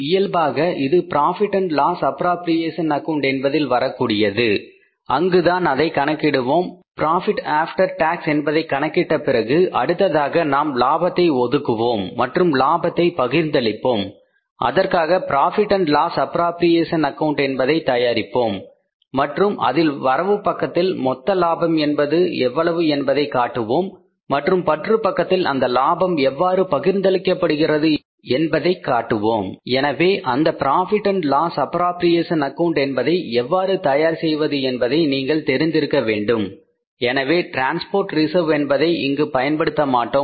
இயல்பாக இது profit and loss appropriation Proift Loss Appropriation Account account என்பதில் வரக்கூடியது அங்குதான் அதை கணக்கிடுவோம் ப்ராபிட் ஆப்டர் டேக்ஸ் என்பதை கணக்கிட்ட பிறகு அடுத்ததாக நாம் லாபத்தை ஒதுக்குவோம் மற்றும் லாபத்தை பகிர்ந்து அளிப்போம் அதற்காக profit and loss appropriation Proift Loss Appropriation Account என்பதை தயாரிப்போம் மற்றும் அதில் வரவு பக்கத்தில் மொத்த லாபம் என்பது எவ்வளவு என்பதை காட்டுவோம் மற்றும் பற்று பக்கத்தில் அந்த லாபம் எவ்வாறு பகிர்ந்தளிக்கப்படுகிறது என்பதைக் காட்டுவோம் எனவே அந்த profit and loss appropriation Proift Loss Appropriation Account என்பதை எவ்வாறு தயார் செய்வது என்பதை நீங்கள் தெரிந்திருக்க வேண்டும் எனவே டிரான்ஸ்போர்ட் ரிசர்வ் என்பதை இங்கு பயன்படுத்த மாட்டோம்